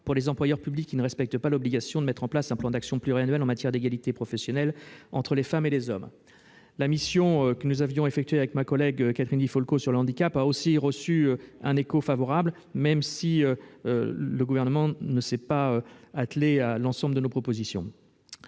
pour les employeurs publics qui ne respectent pas l'obligation de mettre en place un plan d'action pluriannuel en matière d'égalité professionnelle entre les femmes et les hommes. La mission sur le handicap que j'ai réalisée avec ma collègue Catherine Di Folco a aussi reçu un écho favorable, même si le Gouvernement ne s'est pas attelé à la mise en oeuvre de l'ensemble de nos propositions.